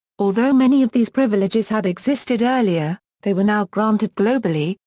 although many of these privileges had existed earlier, they were now granted globally,